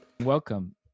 Welcome